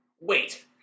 Wait